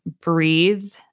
breathe